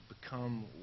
become